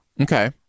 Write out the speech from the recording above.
Okay